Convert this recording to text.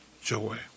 joy